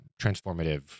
transformative—